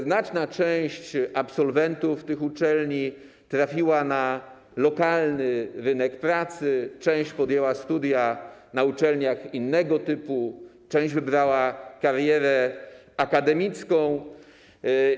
Znaczna część absolwentów tych uczelni trafiła na lokalny rynek pracy, część podjęła studia na uczelniach innego typu, część wybrała karierę akademicką.